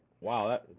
wow